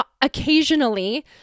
occasionally